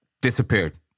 disappeared